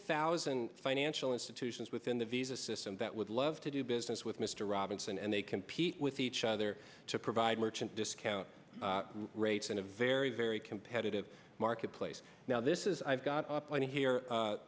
thousand financial institutions within the visa system that would love to do business with mr robinson and they compete with each other to provide merchant discount rates in a very very competitive marketplace now this is i've got up on here